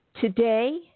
Today